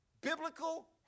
biblical